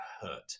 hurt